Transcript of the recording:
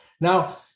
Now